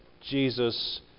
Jesus